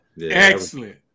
Excellent